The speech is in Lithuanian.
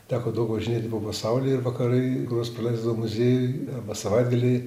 teko daug važinėti po pasaulį ir vakarai kuriuos praleisdavau muziejuj arba savaitgaliai